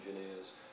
engineers